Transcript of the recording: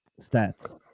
stats